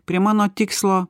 prie mano tikslo